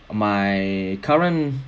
my current